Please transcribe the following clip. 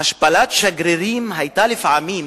השפלת שגרירים היתה לפעמים,